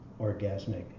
orgasmic